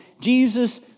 Jesus